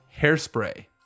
hairspray